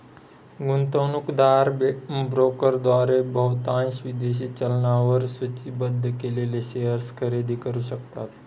गुंतवणूकदार ब्रोकरद्वारे बहुतांश विदेशी चलनांवर सूचीबद्ध केलेले शेअर्स खरेदी करू शकतात